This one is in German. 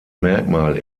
merkmal